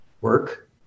work